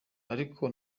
ariko